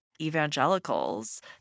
evangelicals